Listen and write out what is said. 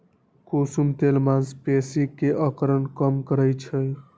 कुसुम तेल मांसपेशी के अकड़न कम करई छई